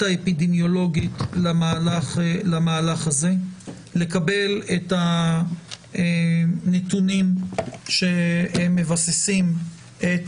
האפידמיולוגית למהלך הזה ולקבל את הנתונים שמבססים את